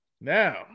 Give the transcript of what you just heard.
Now